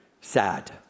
sad